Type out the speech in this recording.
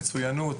מצוינות,